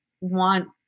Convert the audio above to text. want